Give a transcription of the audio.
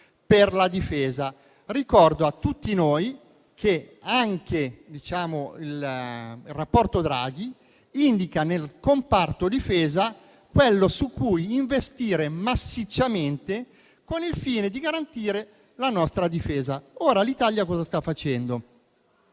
Ricordo a tutti noi che anche il rapporto Draghi indica nel comparto difesa quello su cui investire massicciamente al fine di garantire appunto la nostra difesa. L'Italia cosa sta facendo?